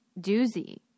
doozy